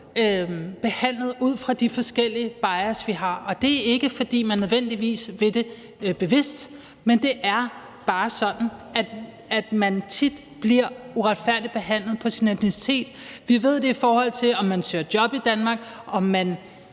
behandlet ud fra de forskellige bias, vi har, og det er ikke nødvendigvis, fordi man gør det bevidst. Men det er bare sådan, at mennesker tit bliver uretfærdigt behandlet på baggrund af deres etnicitet. Vi ved det i forhold til at søge job i Danmark. Og når